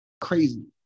Crazy